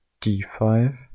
d5